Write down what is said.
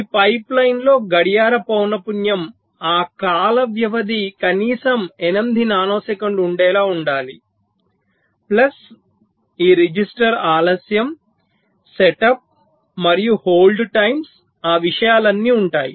ఈ పైప్లైన్లో గడియార పౌనపున్యం ఆ కాల వ్యవధి కనీసం 8 నానో సెకన్లు ఉండేలా ఉండాలి ప్లస్ ఈ రిజిస్టర్ ఆలస్యం సెటప్ మరియు హోల్డ్ టైమ్స్ ఆ విషయాలన్నీ ఉంటాయి